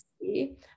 see